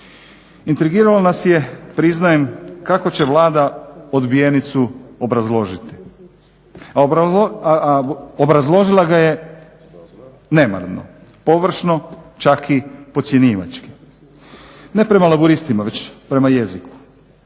Intrigiralo nas je priznajem kako će Vlada odbijenicu obrazložiti, a obrazložila ga je nemarno, površno, čak i podcjenjivački ne prema Laburistima već prema jeziku,